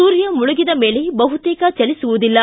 ಸೂರ್ಯ ಮುಳುಗಿದ ಮೇಲೆ ಬಹುತೇಕ ಚಲಿಸುವುದಿಲ್ಲ